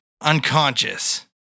unconscious